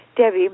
Debbie